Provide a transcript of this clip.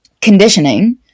conditioning